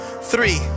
Three